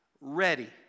ready